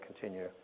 continue